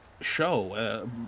show